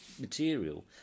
material